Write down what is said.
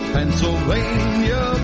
Pennsylvania